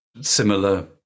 similar